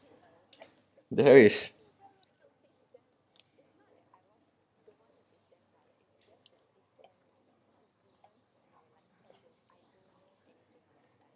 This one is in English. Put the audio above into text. there is